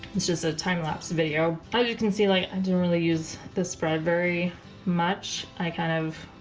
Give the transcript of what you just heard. it's just a time-lapse video how you can see like i didn't really use this spread very much i kind of